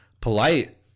Polite